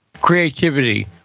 creativity